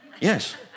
yes